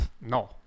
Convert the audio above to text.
No